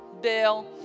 Bill